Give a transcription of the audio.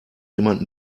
jemand